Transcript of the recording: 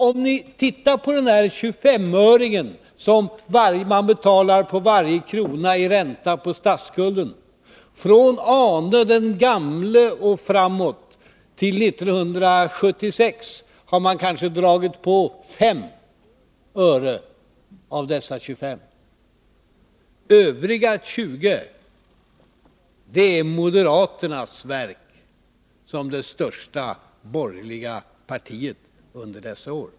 Om ni tittar på den där 25-öringen som vi betalar på varje krona i ränta på statsskulden, så kan ni konstatera att från Ane den gamle och fram till 1976 har man kanske dragit på oss 5 öre av dessa va Övriga 20 är moderaternas verk — som det största borgerliga partiet under dessa år.